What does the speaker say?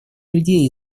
людей